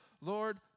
Lord